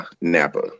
napa